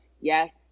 yes